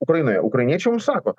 ukrainoje ukrainiečiai mums sako